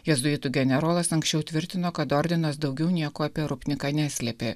jėzuitų generolas anksčiau tvirtino kad ordinas daugiau nieko apie rupniką neslėpė